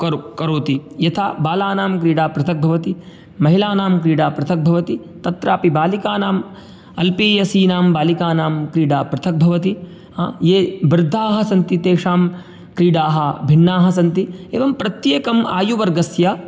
कर करोति यथा बालानां क्रीडा पृथक् भवति महिलानां क्रीडा पृथक् भवति तत्रापि बालिकानां अल्पीयसीनां बालिकानां क्रीडा पृथक् भवति ये वृद्धाः सन्ति तेषां क्रीडाः भिन्नाः सन्ति एवं प्रत्येकं आयुवर्गस्य